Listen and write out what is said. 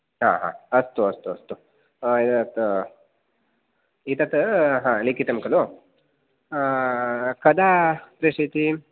हा हा अस्तु अस्तु अस्तु एतत् एतत् हा लिखितं कलु कदा प्रेशयति